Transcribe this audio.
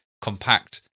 compact